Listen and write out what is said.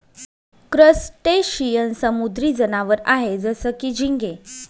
crustacean समुद्री जनावर आहे जसं की, झिंगे